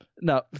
no